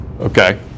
Okay